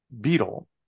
beetle